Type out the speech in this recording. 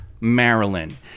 Maryland